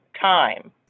time